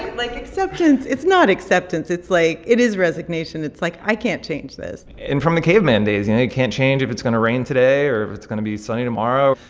like, acceptance it's not acceptance. it's like it is resignation. it's like, i can't change this and from the caveman days, you know, you can't change if it's going to rain today or if it's going to be sunny tomorrow.